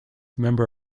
member